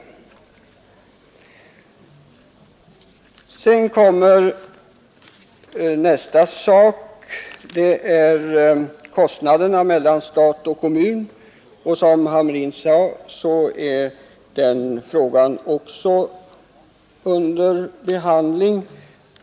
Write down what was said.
Nästa fråga gäller fördelningen av kostnaderna mellan stat och kommun, och som herr Hamrin nämnde är den också under behandling.